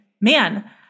Man